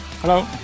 Hello